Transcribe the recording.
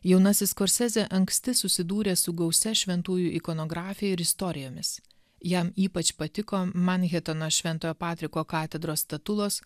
jaunasis skorsezė anksti susidūrė su gausia šventųjų ikonografija ir istorijomis jam ypač patiko manhatano šventojo patriko katedros statulos